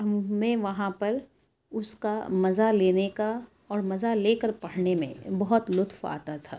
ہمیں وہاں پر اس کا مزہ لینے کا اور مزہ لے کر پڑھنے میں بہت لطف آتا تھا